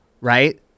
right